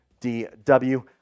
DW